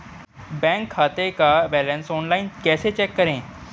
Bank खाते का balance online कैसे चेक करें?